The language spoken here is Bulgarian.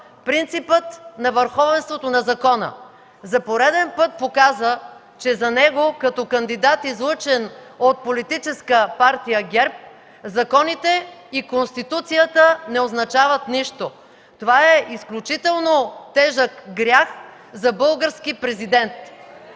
принципа на върховенството на закона. За пореден път показа, че за него като кандидат, излъчен от Политическа партия ГЕРБ, законите и Конституцията не означават нищо. Това е изключително тежък грях за български Президент.